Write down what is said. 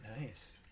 Nice